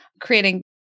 creating